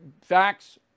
facts